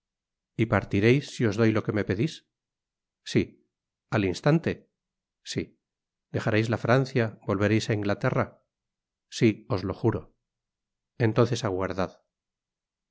y partireis si os doy lo que me pedis si al instante si dejareis la francia volvereis á inglaterra si os lo juro entonces aguardad